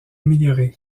amélioré